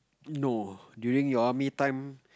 no during your army time